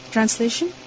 Translation